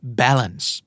balance